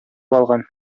алган